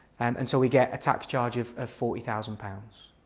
and and so we get a tax charge of of forty thousand pounds.